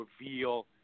reveal